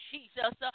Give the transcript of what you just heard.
Jesus